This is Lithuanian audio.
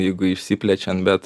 jeigu išsiplečiant bet